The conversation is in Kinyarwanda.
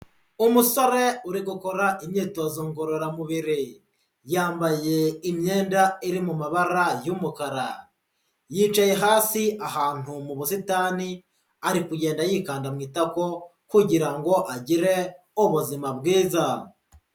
Umusore uri gukora imyitozo ngororamubiri, yambaye imyenda iri mabara y'umukara, yicaye hasi ahantu mu busitani ari kugenda yikanda mu itako kugira ngo agire ubuzima bwiza.